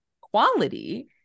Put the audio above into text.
quality